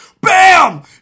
bam